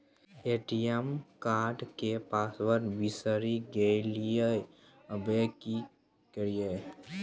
ATM card के password बिसरि गेलियै आबय की करियै?